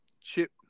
chip